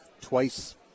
twice